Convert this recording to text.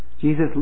Jesus